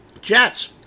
Jets